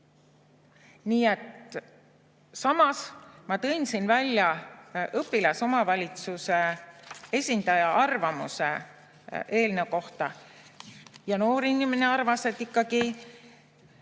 Samas, ma tõin siin välja õpilasomavalitsuse esindaja arvamuse eelnõu kohta. Noor inimene arvas, et ikkagi